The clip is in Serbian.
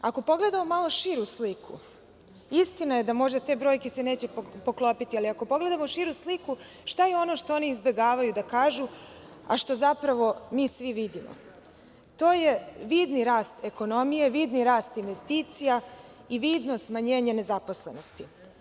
Ako pogledamo malo širu sliku, istina je da se možda te brojke neće poklopiti, ali ako pogledamo širu sliku šta je ono što oni izbegavaju da kažu, a šta zapravo mi svi vidimo, to je vidni rast ekonomije, vidni rast investicija i vidno smanjenje nezaposlenosti.